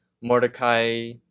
Mordecai